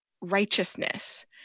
righteousness